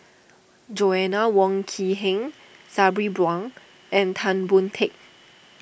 Joanna Wong Quee Heng Sabri Buang and Tan Boon Teik